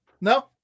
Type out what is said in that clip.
no